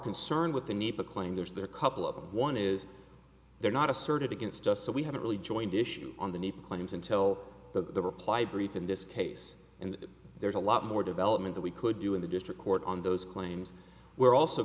concerned with the need to claim there's the couple of one is there not asserted against us so we haven't really joined issue on the need claims until the reply brief in this case and there's a lot more development that we could do in the district court on those claims were also